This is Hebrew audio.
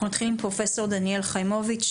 אנחנו נתחיל עם פרופ' דניאל חיימוביץ,